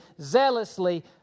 zealously